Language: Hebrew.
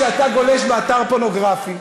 כשאתה גולש באתר פורנוגרפי,